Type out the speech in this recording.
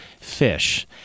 fish